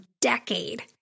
decade